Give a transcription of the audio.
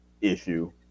issue